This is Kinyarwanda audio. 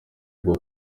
bwo